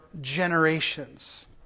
generations